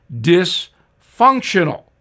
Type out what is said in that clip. dysfunctional